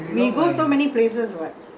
ah you don't like to go temple